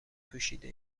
پوشیده